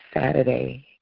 Saturday